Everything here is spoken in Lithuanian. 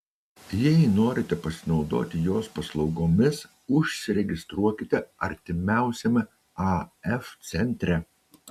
jei norite pasinaudoti jos paslaugomis užsiregistruokite artimiausiame af centre